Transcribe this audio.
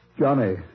Johnny